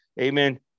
amen